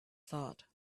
thought